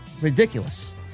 Ridiculous